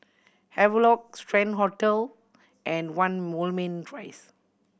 Havelock Strand Hotel and One Moulmein Rise